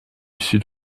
sud